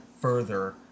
further